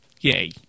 Yay